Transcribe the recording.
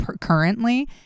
currently